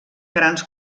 grans